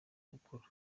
gukura